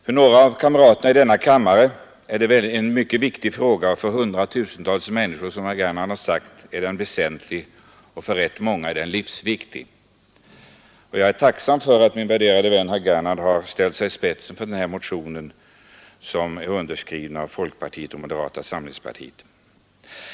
För några av kamraterna i denna kammare är frågan mycket viktig, och för hundratusentals människor, som herr Gernandt har sagt, är den väsentlig, och för rätt många är den livsviktig. Jag är tacksam för att min värderade vän herr Gernandt har ställt sig i spetsen för denna motion som är underskriven av ledamöter från folkpartiet och moderata samlingspartiet.